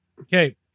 Okay